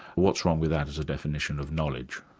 what's wrong with that as a definition of knowledge?